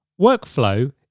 Workflow